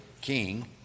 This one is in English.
king